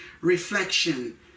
Reflection